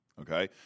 okay